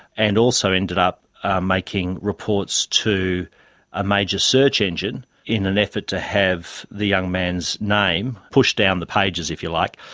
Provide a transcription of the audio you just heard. and also ended up making reports to a major search engine in an effort to have the young man's name pushed down the pages, if you like,